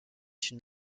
une